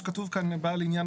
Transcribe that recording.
סעיף ב(2) כתוב "בעל עניין